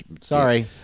Sorry